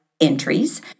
entries